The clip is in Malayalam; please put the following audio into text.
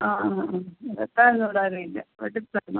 ആ ആ ആ വെട്ടാനൊന്നും ഇവിടാരുമില്ല വെട്ടി തരണം